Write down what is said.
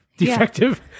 Defective